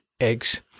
eggs